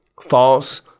False